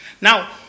Now